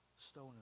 stone